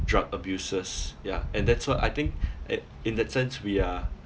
drug abusers ya and that's what I think at in that sense we are